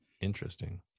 Interesting